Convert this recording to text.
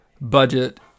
budget